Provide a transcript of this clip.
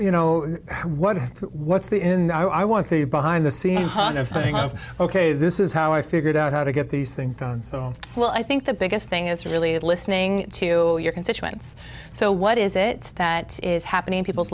you know what what's the and i want the behind the scenes on of things ok this is how i figured out how to get these things done so well i think the biggest thing is really listening to your constituents so what is it that is happening in people's